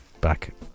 back